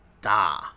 Da